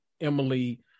Emily